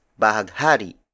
Bahaghari